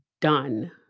done